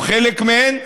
או חלק מהן,